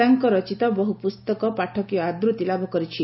ତାଙ୍କ ରଚିତ ବହୁ ପୁସ୍ତକ ପାଠକୀୟ ଆଦୃତି ଲାଭ କରିଛି